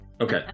Okay